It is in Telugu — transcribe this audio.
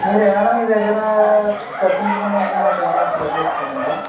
మీరేమ్మన మీ దగ్గర కట్టించుకున్నందుకు మాకు ఏమైనా ఫ్రీ గా ఇస్తారండి